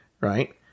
right